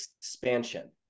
expansion